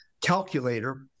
calculator